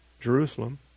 Jerusalem